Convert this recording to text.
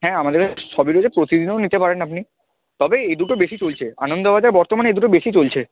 হ্যাঁ আমাদের সবই রয়েছে প্রতিদিনও নিতে পারেন আপনি তবে এ দুটো বেশি চলছে আনন্দবাজার বর্তমান এ দুটো বেশি চলছে